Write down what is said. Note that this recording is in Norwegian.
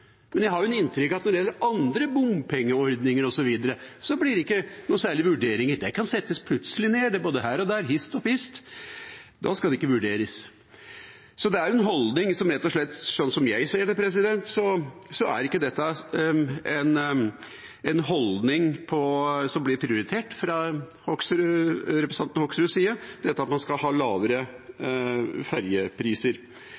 Men jeg har innrykk av at når det gjelder andre bompengeordninger osv., blir det ikke noe særlig vurderinger. De kan settes plutselig ned, både her og der, hist og pist. Da skal det ikke vurderes. Det er rett og slett en holdning, som jeg ser det, som ikke blir prioritert fra representanten Hoksrud side, dette at man skal ha lavere